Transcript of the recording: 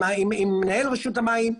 עם מנהל רשות המים,